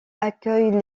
accueille